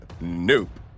nope